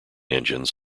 engines